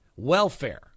welfare